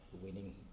winning